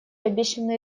обещаны